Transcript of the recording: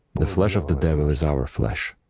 the flesh of the devil is our flesh,